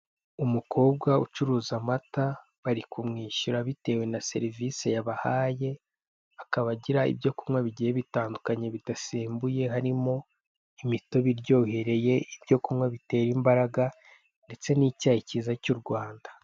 Umukobwa ucuruza amata, bari kumwishyura butewe na serivize yabahaye, akaba agira ibyo kunywa bigiye bitandukanye bidasembuye, harimo imitobe iryohereye, ibyo kunywa bitera imbaraga, ndetse n'icyayi cyiza cy'u Rwanda.